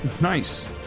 Nice